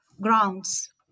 grounds